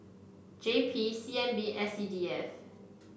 J P C N B S C D F